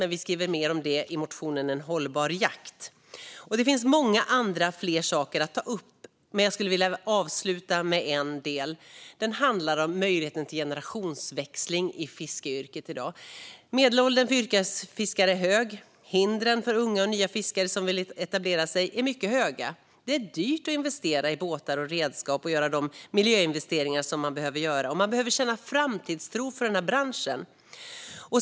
Men vi skriver mer om det i motionen En hållbar jakt . Det finns många andra saker att ta upp. Jag vill avsluta med en del. Det handlar om möjligheten till generationsväxling i fiskeyrket i dag. Medelåldern för yrkesfiskare är hög. Hindren för unga och nya fiskare som vill etablera sig är mycket höga. Det är dyrt att investera i båtar och redskap och göra de miljöinvesteringar som man behöver göra. Man behöver känna framtidstro för branschen.